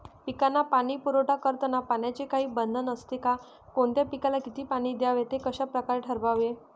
पिकांना पाणी पुरवठा करताना पाण्याचे काही बंधन असते का? कोणत्या पिकाला किती पाणी द्यावे ते कशाप्रकारे ठरवावे?